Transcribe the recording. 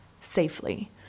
safely